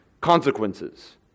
consequences